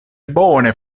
bone